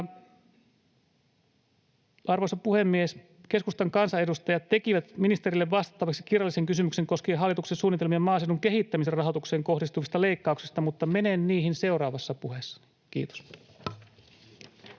Arvoisa puhemies! Keskustan kansanedustajat tekivät ministerille vastattavaksi kirjallisen kysymyksen koskien hallituksen suunnitelmia maaseudun kehittämisrahoitukseen kohdistuvista leikkauksista, mutta menen niihin seuraavassa puheessani. — Kiitos.